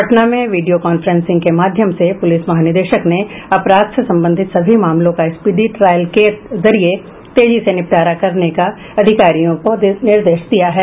पटना में वीडियोकांफ्रेसिंग के माध्यम से पुलिस महानिदेशक ने अपराध से संबंधित सभी मामलों का स्पीडी ट्रायल के जरिए तेजी से निपटारा करने का अधिकारियों को निर्देश दिया है